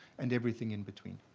and everything in between.